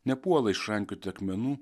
nepuola išrankioti akmenų